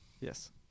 Yes